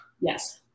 Yes